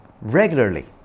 regularly